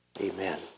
Amen